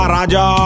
Raja